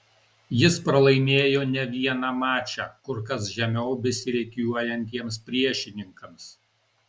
jis pralaimėjo ne vieną mačą kur kas žemiau besirikiuojantiems priešininkams